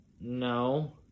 No